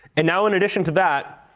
and now in addition to that,